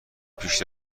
پیش